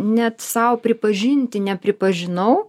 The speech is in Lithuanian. net sau pripažinti nepripažinau